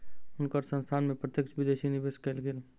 हुनकर संस्थान में प्रत्यक्ष विदेशी निवेश कएल गेल